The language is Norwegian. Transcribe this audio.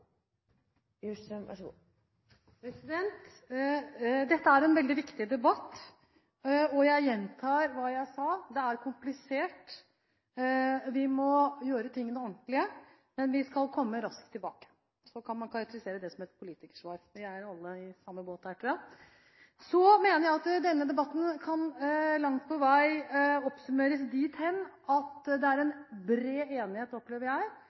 typisk politikersvar, så hvis statsråden kunne være litt mer konkret, hadde jeg satt pris på det. Dette er en veldig viktig debatt. Jeg gjentar hva jeg sa: Det er komplisert. Vi må gjøre tingene ordentlig, men vi skal komme raskt tilbake. Så kan man karakterisere det som et politikersvar. Vi er jo alle i samme båt her, tror jeg. Så mener jeg at denne debatten langt på vei kan oppsummeres dit hen at det er bred enighet